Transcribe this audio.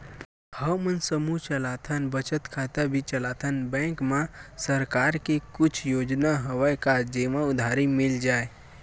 हमन समूह चलाथन बचत खाता भी चलाथन बैंक मा सरकार के कुछ योजना हवय का जेमा उधारी मिल जाय?